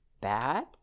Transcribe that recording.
bad